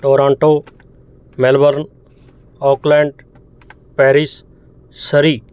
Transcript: Toronto Melbourne Auckland Paris Surrey